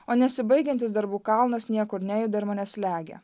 o nesibaigiantis darbų kalnas niekur nejuda ir mane slegia